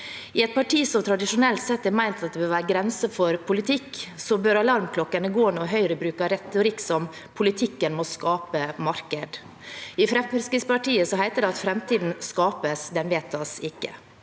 I et parti som tradisjonelt sett har ment at det bør være grenser for politikk, bør alarmklokkene gå når Høyre bruker retorikk som «politikken må skape marked». I Fremskrittspartiet heter det at framtiden skapes, den vedtas ikke.